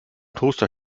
toaster